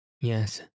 Yes